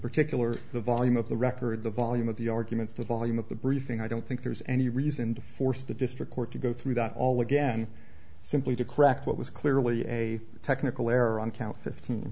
particular the volume of the record the volume of the arguments the volume of the briefing i don't think there's any reason to force the district court to go through that all again simply to correct what was clearly a technical